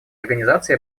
организации